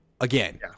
Again